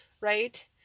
right